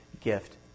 gift